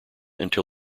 until